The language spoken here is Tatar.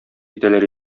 итәләр